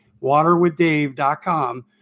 Waterwithdave.com